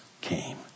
came